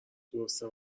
درسته